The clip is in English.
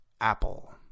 apple